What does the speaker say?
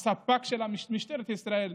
הספ"כ של משטרת ישראל,